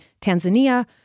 Tanzania